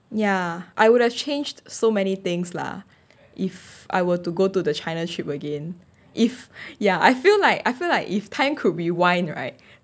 ya I would've changed so many things lah if I were to go to the china's trip again if ya I feel like I feel like if time could rewind right